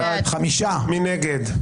מי נגד?